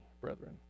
brethren